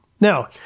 Now